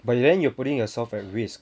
but you then you're putting yourself at risk